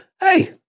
Hey